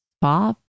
Bob